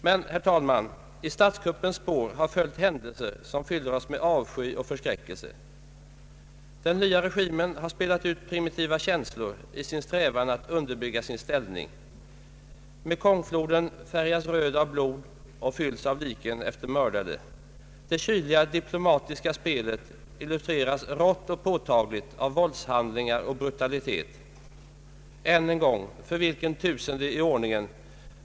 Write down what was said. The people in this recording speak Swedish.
Men, herr talman, i statskuppens spår har följt händelser, som fyller oss med avsky och förskräc kelse. Den nya regimen har spelat ut primitiva känslor i sin strävan att underbygga sin ställning. Mekongfloden färgas röd av blod och fylls av liken efter mördade. Det kyliga diplomatiska spelet illustreras rått och påtagligt av våldshandlingar och brutalitet. än en gång — för vilken tusende i ordningen?